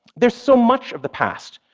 there's so much of the past,